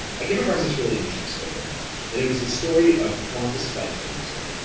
i came across this really interesting story, and it was the story of qantas flight thirty two.